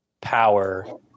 power